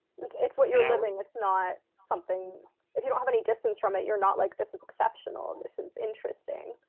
it's what you're you're living. it's not something if you don't have any distance from it you're not like this is exceptional, and this is interesting.